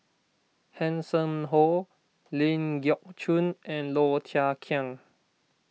Hanson Ho Ling Geok Choon and Low Thia Khiang